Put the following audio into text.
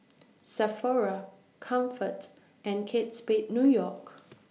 Sephora Comfort and Kate Spade New York